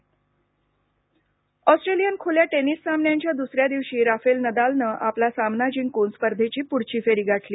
Australia tennis Australian खुल्या tennis सामन्यांच्या दुसऱ्या दिवशी राफेल नदालनं आपला सामना जिंकून स्पर्धेची पुढची फेरी गाठली